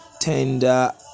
tender